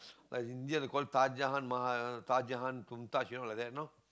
like in India they call it like that no